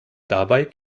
dabei